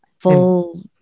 full